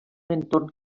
entorn